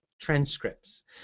transcripts